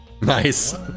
Nice